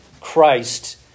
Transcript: Christ